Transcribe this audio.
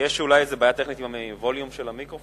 יש אולי איזו בעיה טכנית עם הווליום של המיקרופונים?